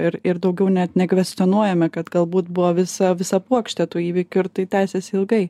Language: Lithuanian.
ir ir daugiau net nekvestionuojame kad galbūt buvo visa visa puokštė tų įvykių ir tai tęsiasi ilgai